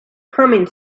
humming